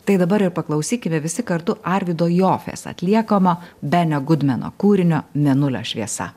tai dabar ir paklausykime visi kartu arvydo jofės atliekamo benio gudmeno kūrinio mėnulio šviesa